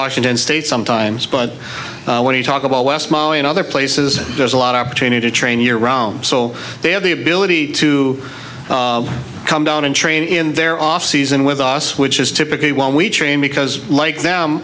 washington state sometimes but when you talk about west ma and other places there's a lot of opportunity to train year round so they have the ability to come down and train in their off season with us which is typically when we train because like them